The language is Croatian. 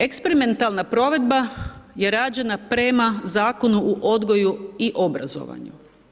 Eksperimentalan provedba je rađena prema Zakonu u odgoju i obrazovanju.